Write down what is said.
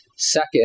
Second